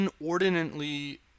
inordinately